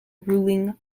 ruling